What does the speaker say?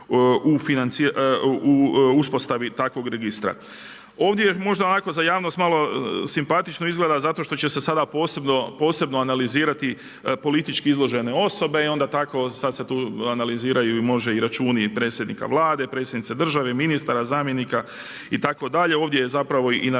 u uspostavi takvog registra. Ovdje je možda ovako za javnost malo simpatično izgleda zato što će se sada posebno analizirati politički izložene osobe i onda tako sada se tu analiziraju možda i računi predsjednika Vlade, predsjednice države, ministara, zamjenika itd. ovdje je i navedeno